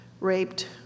raped